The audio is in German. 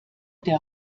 der